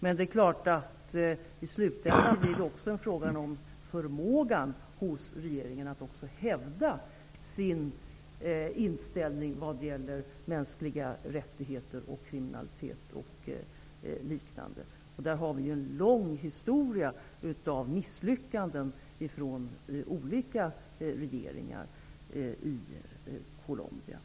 Men i slutänden blir det självfallet också en fråga om regeringens förmåga att hävda sin inställning vad gäller mänskliga rättigheter, kriminalitet och liknande, och i de avseendena har olika regeringar i Colombia en lång historia av misslyckanden.